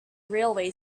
railway